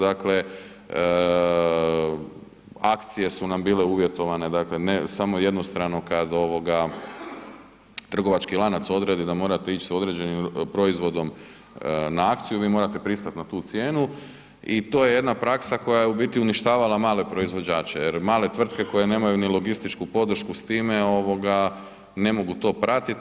Dakle akcije su nam bile uvjetovane, ne samo jednostrano kada trgovački lanac odredi da morate ići sa određenim proizvodom na akciju, vi morate pristati na tu cijenu i to je jedna praksa koja je uništavala male proizvođače jel male tvrtke koje nemaju ni logističku podršku s time ne mogu to pratiti.